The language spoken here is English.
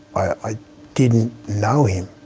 i didn't know him.